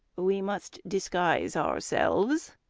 we must disguise ourselves.